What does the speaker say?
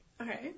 okay